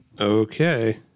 Okay